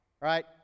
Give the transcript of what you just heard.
right